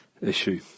issue